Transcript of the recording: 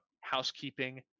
housekeeping